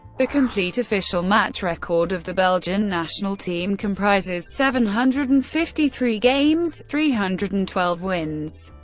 the complete official match record of the belgian national team comprises seven hundred and fifty three games three hundred and twelve wins,